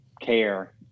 care